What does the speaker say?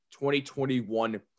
2021